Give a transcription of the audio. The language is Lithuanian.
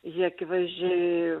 jį akivaizdžiai